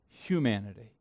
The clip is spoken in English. humanity